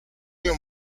años